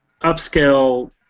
upscale